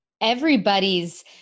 everybody's